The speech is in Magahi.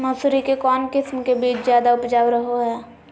मसूरी के कौन किस्म के बीच ज्यादा उपजाऊ रहो हय?